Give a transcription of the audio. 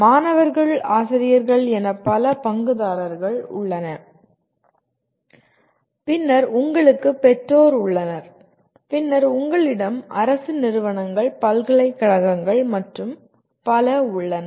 மாணவர்கள் ஆசிரியர்கள் என பல பங்குதாரர்கள் உள்ளனர் பின்னர் உங்களுக்கு பெற்றோர் உள்ளனர் பின்னர் உங்களிடம் அரசு நிறுவனங்கள் பல்கலைக்கழகங்கள் மற்றும் பல உள்ளன